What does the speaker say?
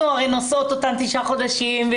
אנחנו הרי נושאות אותן תשעה חודשים,